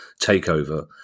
takeover